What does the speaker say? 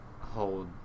hold